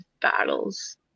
battles